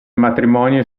matrimonio